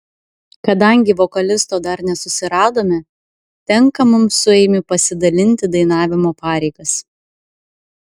kadangi vokalisto dar nesusiradome tenka mums su eimiu pasidalinti dainavimo pareigas